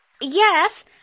Yes